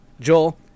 Joel